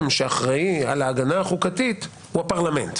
שאחראי על ההגנה החוקתית הוא הפרלמנט.